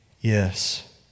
yes